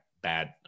Bad